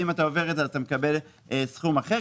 ואם אתה עובר את זה אתה מקבל סכום אחר.